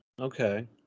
Okay